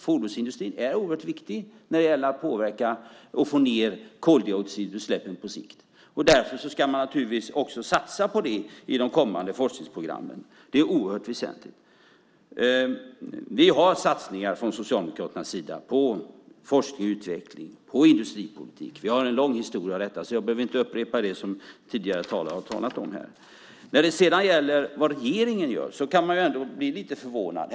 Fordonsindustrin är oerhört viktig när det gäller att påverka och på sikt få ned koldioxidutsläppen. Därför ska man naturligtvis också satsa på det i de kommande forskningsprogrammen. Det är oerhört väsentligt. Från Socialdemokraternas sida gör vi satsningar på forskning och utveckling, på industripolitik; där har vi en lång historia. Därför behöver jag heller inte upprepa det som sagts av tidigare talare. När det sedan gäller vad regeringen gör kan man trots allt bli lite förvånad.